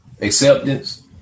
acceptance